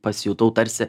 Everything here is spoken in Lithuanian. pasijutau tarsi